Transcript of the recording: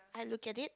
I look at it